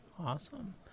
awesome